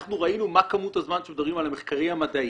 ואנחנו ראינו מה כמות הזמן שמדברים על המחקרים המדעיים,